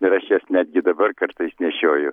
ir aš jas netgi dabar kartais nešioju